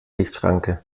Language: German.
lichtschranke